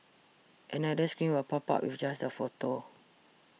another screen will pop up with just the photo